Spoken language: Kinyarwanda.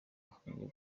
afungiye